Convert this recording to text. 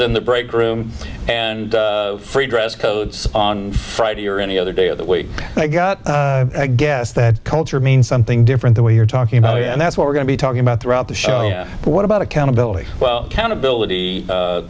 in the break room and free dress codes on friday or any other day of the wait i got a guess that culture means something different the way you're talking about and that's what we're going to be talking about throughout the show what about accountability well countability